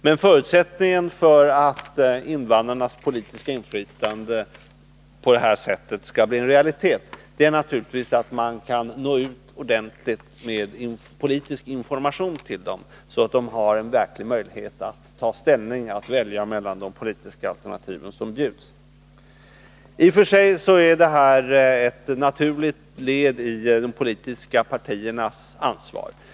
Men förutsättningen för att invandrarnas politiska inflytande på det här sättet skall bli en realitet är naturligtvis att man kan nå ut ordentligt med politisk information till dem, så att de har en verklig möjlighet att ta ställning, att välja mellan de politiska alternativ som bjuds. I och för sig är det här ett naturligt led i de politiska partiernas ansvar.